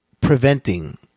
preventing